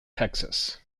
texas